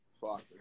Fuck